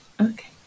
Okay